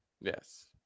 Yes